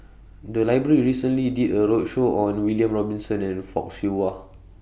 The Library recently did A roadshow on William Robinson and Fock Siew Wah